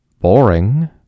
Boring